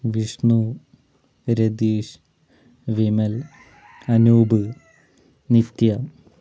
Vishnu Ratheesh Vimal Anoop Nithya